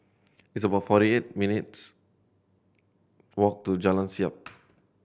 it's about forty eight minutes' walk to Jalan Siap